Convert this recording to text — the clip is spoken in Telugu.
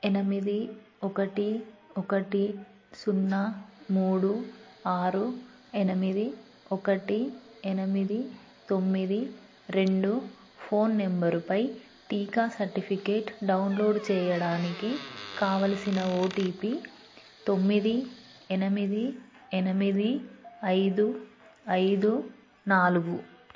ఎనిమిది ఒకటి ఒకటి సున్నా మూడు ఆరు ఎనిమిది ఒకటి ఎనిమిది తొమ్మిది రెండు ఫోన్ నెంబర్పై టీకా సర్టిఫికెట్ డౌన్లోడ్ చేయడానికి కావలసిన ఓటీపీ తొమ్మిది ఎనిమిది ఎనిమిది ఐదు ఐదు నాలుగు